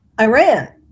Iran